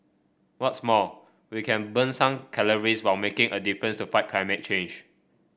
what's more we can burn some calories while making a difference to fight climate change